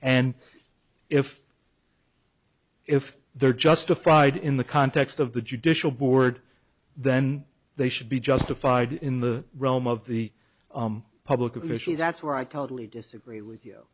and if if they're justified in the context of the judicial board then they should be justified in the realm of the public officials that's where i totally disagree with you